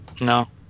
No